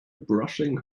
brushing